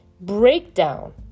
breakdown